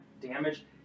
Damage